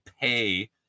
pay